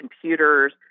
computers